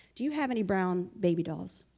do you have any brown baby dolls?